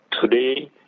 today